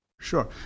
Sure